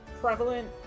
prevalent